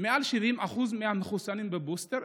מעל 70% מהמחוסנים בבוסטר,